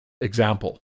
example